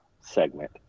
segment